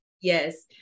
Yes